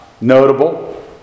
notable